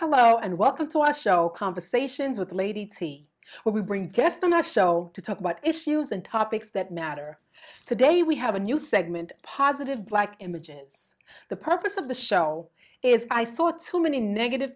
hello and welcome to our show conversations with the lady where we bring a guest on our show to talk about issues and topics that matter today we have a new segment positive black images the purpose of the show is i saw too many negative